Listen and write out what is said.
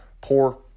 poor